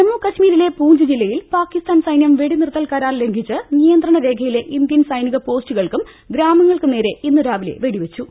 ജമ്മു കശ്മീരിലെ പൂഞ്ച് ജില്ലയിൽ പാക്കിസ്ഥാൻ സൈന്യം വെടിനിർത്തൽ കരാർ ലംഘിച്ച് നിയന്ത്രണരേഖയിലെ ഇന്ത്യൻ സൈനിക പോസ്റ്റുകൾക്കും ഗ്രാമങ്ങൾക്കും നേരെ ഇന്ന് രാവിലെ വെടിവെച്ചു